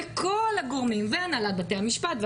הסנגוריה והנהלת בתי המשפט.